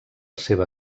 seva